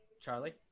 Charlie